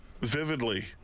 vividly